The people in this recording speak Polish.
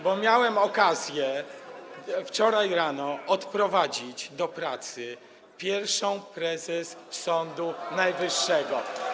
bo miałem okazję wczoraj rano odprowadzić do pracy pierwszą prezes Sądu Najwyższego.